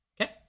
Okay